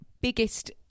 biggest